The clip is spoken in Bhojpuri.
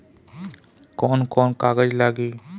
कौन कौन कागज लागी?